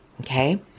Okay